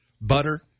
butter